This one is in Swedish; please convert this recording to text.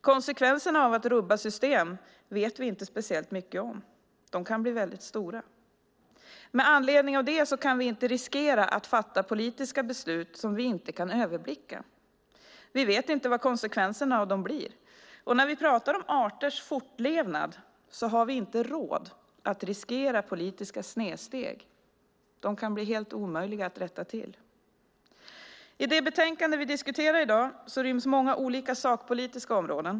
Konsekvenserna av att rubba system vet vi inte speciellt mycket om. De kan bli väldigt stora. Med anledning av det kan vi inte riskera att fatta politiska beslut som vi inte kan överblicka. Vi vet inte vad konsekvenserna av dem blir. När vi pratar om arters fortlevnad har vi inte råd att riskera politiska snedsteg. De kan bli helt omöjliga att rätta till. I det betänkande vi diskuterar i dag ryms många olika sakpolitiska områden.